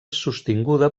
sostinguda